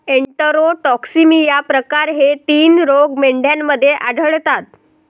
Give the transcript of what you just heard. enterotoxaemia प्रकार हे तीन रोग मेंढ्यांमध्ये आढळतात